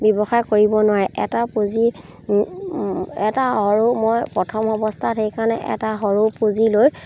ব্যৱসায় কৰিব নোৱাৰে এটা পুঁজি এটা সৰু মই প্ৰথম অৱস্থাত সেইকাৰণে এটা সৰু পুঁজি লৈ